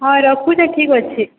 ହଁ ରଖୁଛେ ଠିକ୍ ଅଛେ